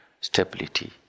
stability